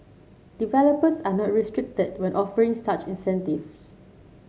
developers are not restricted when offering such incentives